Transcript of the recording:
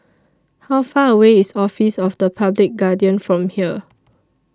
How Far away IS Office of The Public Guardian from here